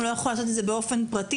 הוא לא יכול לעשות את זה באופן פרטי?